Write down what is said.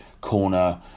corner